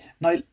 Now